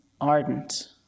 ardent